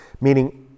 meaning